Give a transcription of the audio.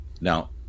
Now